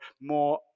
more